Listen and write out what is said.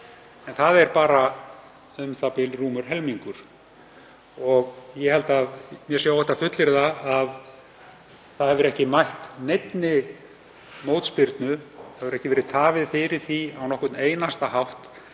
en það er bara u.þ.b. rúmur helmingur. Ég held að mér sé óhætt að fullyrða að það hafi ekki mætt neinni mótspyrnu og það hefur ekki verið tafið fyrir því á nokkurn einasta hátt